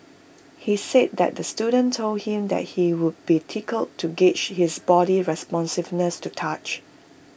he said that the student told him that he would be tickled to gauge his body's responsiveness to touch